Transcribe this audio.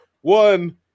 One